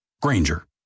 Granger